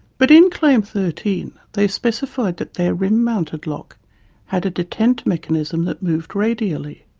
but in claim thirteen they specified that their rim-mounted lock had a detent mechanism that moved radially.